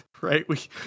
right